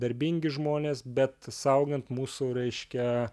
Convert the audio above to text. darbingi žmonės bet saugant mūsų reiškia